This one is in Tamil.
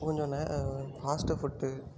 கொஞ்சம் நே ஃபாஸ்ட்டு ஃபுட்டு